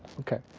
okay,